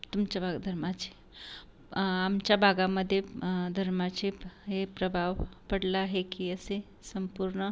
तुमच्या बं धर्माचे आमच्या भागामध्ये धर्माचे हे प्रभाव पडला आहे की असे संपूर्ण